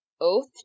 Oath